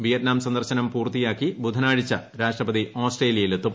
Vietnam സന്ദർശനം പൂർത്തിയാക്കി ബുധനാഴ്ച രാഷ്ട്രപതി ആ്സ്ട്രേലിയയിലെത്തും